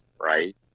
right